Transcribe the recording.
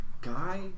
guy